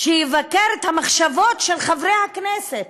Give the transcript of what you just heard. שיבקר את המחשבות של חברי הכנסת,